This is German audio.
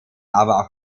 aber